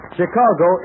Chicago